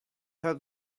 had